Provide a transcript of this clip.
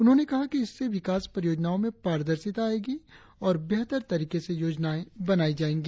उन्होंने कहा कि इससे विकास परियोजनाओं में पारदर्शिता आयेगी और बेहतर तरीके से योजनाए बनाई जायेंगी